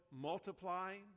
multiplying